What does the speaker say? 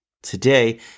Today